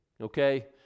Okay